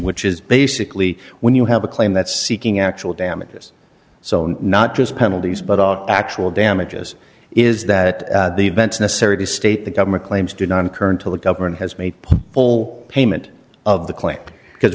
which is basically when you have a claim that seeking actual damages so not just penalties but are actual damages is that the events necessary to state the government claims did not occur until the government has made whole payment of the